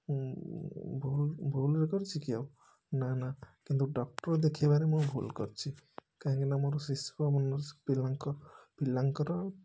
ଉଁ ଭୁଲ୍ ଭୁଲରେ କରିଛିକି ଆଉ ନା ନା କିନ୍ତୁ ଡକ୍ଟର ଦେଖେଇବାରେ ମୁଁ ଭୁଲ କରିଛି କାହିଁକିନା ମୋର ଶିଶୁଭବନରେ ପିଲାଙ୍କ ପିଲାଙ୍କର